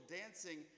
dancing